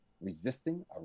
resisting